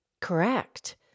Correct